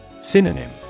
Synonym